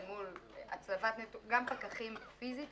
גם פקחים פיזית,